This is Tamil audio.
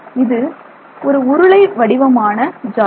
இது ஒரு உருளை வடிவமான ஜாடி